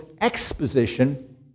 exposition